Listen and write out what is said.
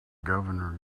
governor